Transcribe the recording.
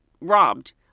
robbed